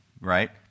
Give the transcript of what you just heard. right